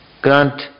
Grant